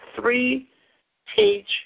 three-page